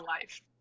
life